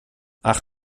ach